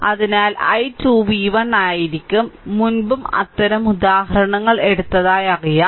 അതിനാൽ i2 v1 ആയിരിക്കും മുമ്പും അത്തരം ഉദാഹരണങ്ങൾ എടുത്തതായി അറിയാം